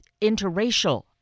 interracial